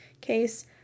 case